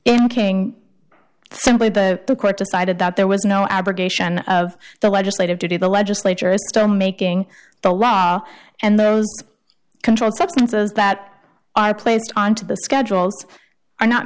in king simply the court decided that there was no abrogation of the legislative body the legislature is still making the law and those controlled substances that are placed on to the schedules are not